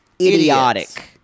idiotic